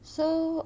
so